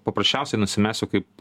paprasčiausiai nusimesiu kaip